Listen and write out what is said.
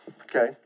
okay